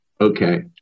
Okay